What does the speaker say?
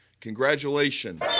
Congratulations